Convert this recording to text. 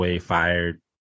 fired